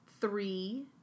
three